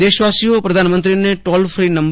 દેશ વાસીઓ પ્રધાનમંત્રીને ટોલ ફ્રી નં